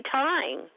time